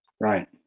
Right